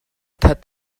thah